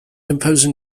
imposing